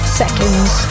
seconds